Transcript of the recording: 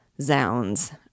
Zounds